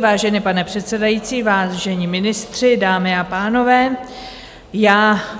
Vážený pane předsedající, vážení ministři, dámy a pánové,